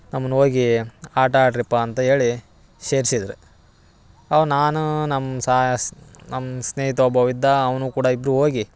ನಮ್ನ ಹೋಗಿ ಆಟ ಆಡ್ರ್ಯಪ್ಪ ಅಂತ ಹೇಳಿ ಸೇರ್ಸಿದ್ರು ಅವ ನಾನೂ ನಮ್ಮ ನಮ್ಮ ಸ್ನೇಹಿತ ಒಬ್ಬವ ಇದ್ದ ಅವನೂ ಕೂಡ ಇಬ್ಬರು ಹೋಗಿ